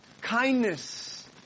kindness